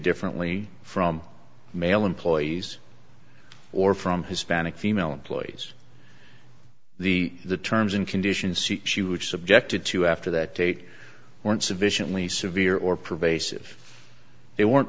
differently from male employees or from hispanic female employees the the terms and conditions she was subjected to after that date weren't sufficiently severe or pervasive they weren't